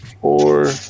Four